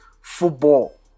football